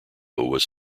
was